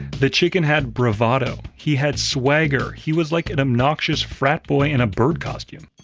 the chicken had bravado, he had swagger, he was like an obnoxious frat boy in a bird costume.